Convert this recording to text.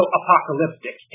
apocalyptic